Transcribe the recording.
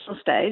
stage